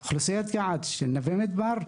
אלא אוכלוסיית יעד של נווה מדבר.